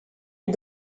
est